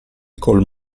col